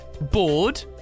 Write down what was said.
Bored